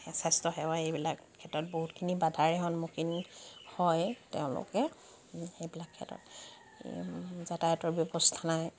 স্বাস্থ্যসেৱা এইবিলাক ক্ষেত্ৰত বহুতখিনি বাধাৰেই সন্মুখীন হয় তেওঁলোকে সেইবিলাক ক্ষেত্ৰত যাতায়তৰ ব্যৱস্থা নাই